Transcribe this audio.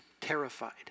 terrified